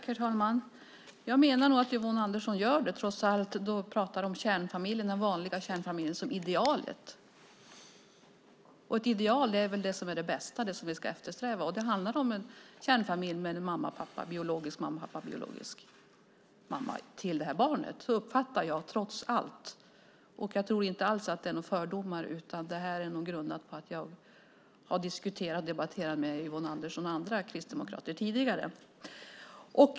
Herr talman! Jag menar nog att Yvonne Andersson trots allt gör det när hon pratar om den vanliga kärnfamiljen som idealet. Ett ideal är väl det som är det bästa, det som vi ska eftersträva. Det handlar då om en kärnfamilj med en biologisk mamma och en biologisk pappa till barnet. Så uppfattar jag det trots allt. Jag tror inte alls att det är några fördomar, utan det är grundat på de diskussioner och debatter som jag har haft med Yvonne Andersson och andra kristdemokrater tidigare.